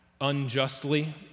unjustly